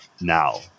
now